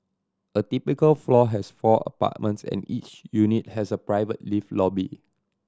a typical floor has four apartments and each unit has a private lift lobby